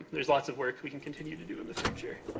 there's lots of work we can continue to do in the future.